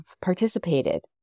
participated